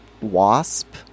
wasp